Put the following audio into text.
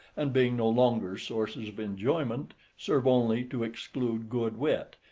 and being no longer sources of enjoyment, serve only to exclude good wit,